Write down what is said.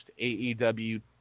AEW